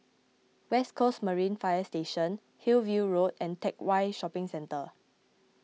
West Coast Marine Fire Station Hillview Road and Teck Whye Shopping Centre